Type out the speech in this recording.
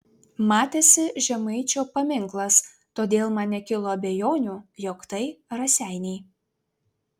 matėsi žemaičio paminklas todėl man nekilo abejonių jog tai raseiniai